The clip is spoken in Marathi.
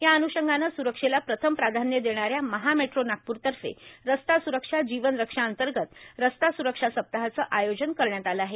या अन्षंगानं स्रक्षेला प्रथम प्राधान्य देणाऱ्या महा मेट्रो नागपूरतर्फे रस्ता सूरक्षा जीवन रक्षा अंतर्गत रस्ता सूरक्षा सप्ताहाचं आयोजन करण्यात आलं आहे